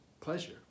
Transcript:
pleasure